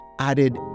added